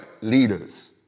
leaders